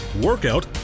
workout